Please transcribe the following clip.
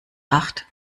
acht